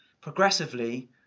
progressively